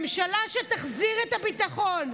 ממשלה שתחזיר את הביטחון,